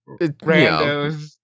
randos